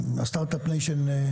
ב-Strat up nation.